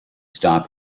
stop